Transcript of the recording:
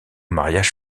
mariages